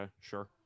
sure